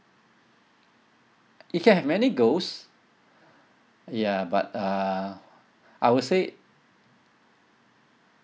you can have many goals ya but uh I would say